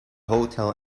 hotel